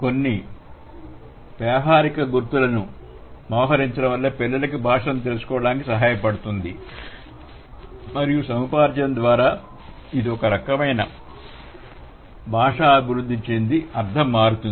కొన్ని వ్యావహారిక గుర్తులను మోహరించడం పిల్లలకి భాషను తెలుసుకోవడానికి సహాయపడుతుంది మరియు సముపార్జన ప్రక్రియ ద్వారా ఇది కూడా ఒక రకమైన భాషా అభివృద్ధిచెంది అర్థం మారుతుంది